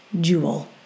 jewel